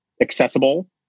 accessible